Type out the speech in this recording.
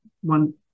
one